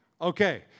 Okay